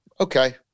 Okay